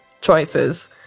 choices